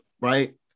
right